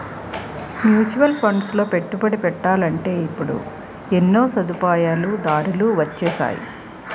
mutual ఫండ్లలో పెట్టుబడి పెట్టాలంటే ఇప్పుడు ఎన్నో సదుపాయాలు దారులు వొచ్చేసాయి